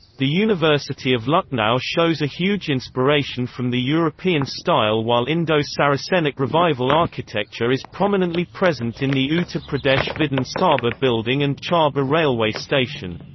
the university of lucknow shows a huge inspiration from the european style while indo-saracenic revival architecture is prominently present in the ah pradesh vidhan sabha building and charbagh railway station.